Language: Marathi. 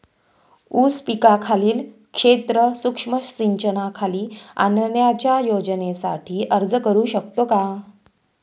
ऊस पिकाखालील क्षेत्र सूक्ष्म सिंचनाखाली आणण्याच्या योजनेसाठी अर्ज करू शकतो का?